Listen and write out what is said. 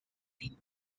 been